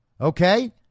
Okay